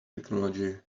technology